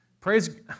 praise